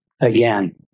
again